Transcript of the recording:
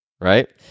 right